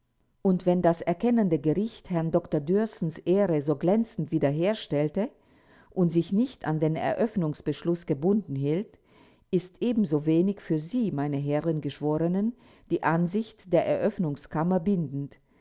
und wenn das erkennende gericht herrn dr dührßens ehre so glänzend wiederherstellte und sich nicht an den eröffnungsbeschluß gebunden hielt ist ebensowenig für sie meine herren geschworenen die ansicht der eröffnungskammer bindend